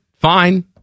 fine